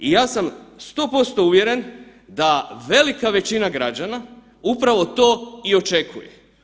I ja sam 100% uvjeren da velika većina građana upravo to i očekuje.